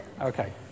Okay